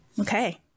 Okay